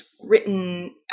written